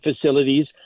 facilities